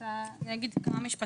אגיד כמה משפטים.